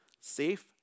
safe